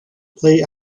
play